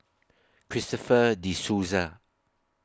Christopher De Souza